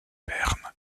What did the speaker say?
berne